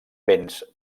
vents